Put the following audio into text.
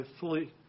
fully